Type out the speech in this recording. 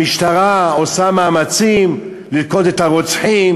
המשטרה עושה מאמצים ללכוד את הרוצחים.